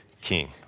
king